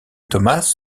thomas